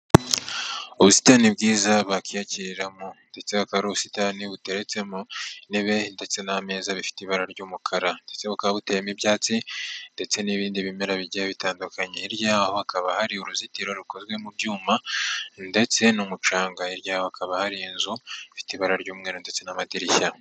Ubusitani bwiza bakiyakiriramo ndetse aka ubusitani buteretsemo intebe ndetse n'ameza bifite ibara ry'umukara ndetse bukaba butemo ibyatsi ndetse n'ibindi bimera bigiye bitandukanye hirya yaho hakaba hari uruzitiro rukozwe mu byuma ndetse n'umucanga hirya yaho hakaba hari inzu ifite ibara ry'umweru ndetse n'amadirishya.